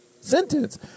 sentence